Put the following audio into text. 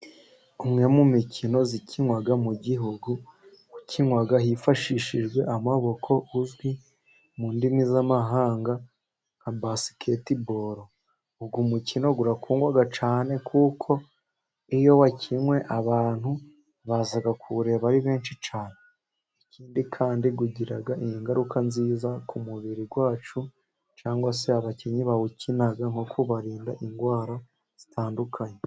Umwe mu mikino ikinwa mu gihugu, ukinwa hifashishijwe amaboko, uzwi mu ndimi z'amahanga nka basiketiboro, uwo mukino urakundwa cyane, kuko iyo wakinwe abantu baza kuwureba ari benshi cyane. Ikindi kandi ugira ingaruka nziza ku mubiri wacu, cyangwa se abakinnyi bawukina, nko kubarinda indwara zitandukanye.